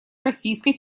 российской